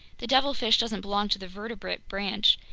the devilfish doesn't belong to the vertebrate branch,